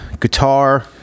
guitar